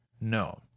No